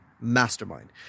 mastermind